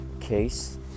case